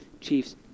chief's